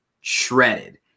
shredded